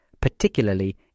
particularly